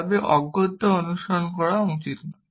তবে এটি অগত্যা অনুসরণ করা উচিত নয়